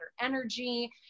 energy